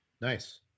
nice